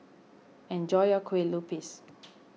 enjoy your Kueh Lupis